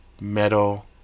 metal